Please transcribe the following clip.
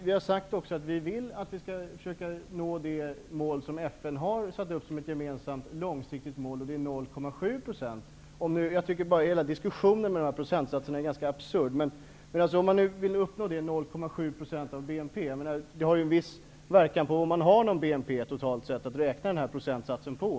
Vi har sagt att vi vill att vi skall försöka nå det mål som FN har satt upp som ett gemensamt och långsiktigt mål, nämligen 0,7 %. Men jag tycker att hela diskussionen om dessa procentsatser är ganska absurd. Men om man vill uppnå målet 0,7 % av BNP, måste man ha någon BNP totalt sett att räkna denna procentsats på.